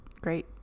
Great